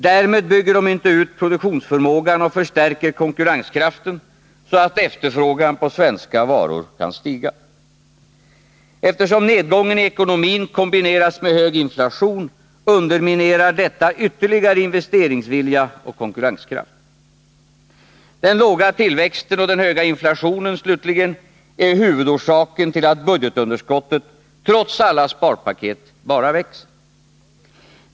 Därmed bygger den inte ut produktionsförmågan och förstärker konkurrenskraften, så att efterfrågan på svenska varor kan stiga. Eftersom nedgången i ekonomin kombineras med hög inflation, underminerar detta ytterligare investeringsvilja och konkurrenskraft. Den låga tillväxten och den höga inflationen, slutligen, är huvudorsaken till att budgetunderskottet, trots alla sparpaket, bara växer.